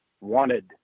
wanted